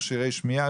מכשירי שמיעה,